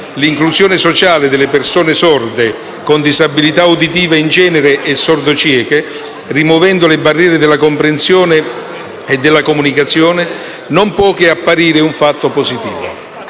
l'inclusione sociale delle persone sorde, con disabilità uditiva in genere e sordocieche, rimuovendo le barriere alla comprensione e alla comunicazione, non può che apparire un fatto positivo.